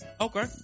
Okay